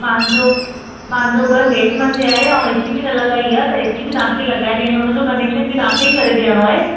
मुंहिंजो मुंहिंजो घरु हेठि मथे आहे ऐं ए सी बि न लॻाई आहे त ए सी बि तव्हां खे लॻाए ॾियणी आहे हुन जो कनेक्शन बि तव्हां खे ई करे ॾियणो आहे